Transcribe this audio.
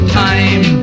time